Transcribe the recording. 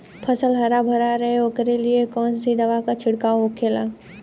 फसल हरा भरा रहे वोकरे लिए कौन सी दवा का छिड़काव होखेला?